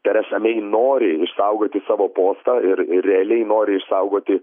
teresa mey nori išsaugoti savo postą ir realiai nori išsaugoti